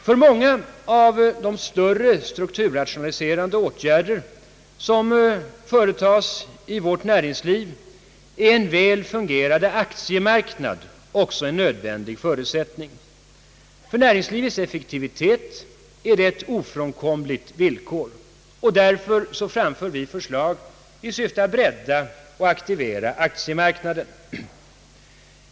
För många av de större strukturrationaliserande åtgärder som företas i vårt näringsliv är en väl fungerande aktiemarknad också en nödvändig förutsättning. För näringslivets effektivitet är den ett ofrånkomligt villkor. Därför framför vi förslag i syfte att bredda och aktivera aktiemarknaden.